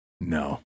No